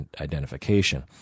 identification